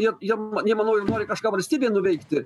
jie jiem jie manau ir nori kažką valstybėje nuveikti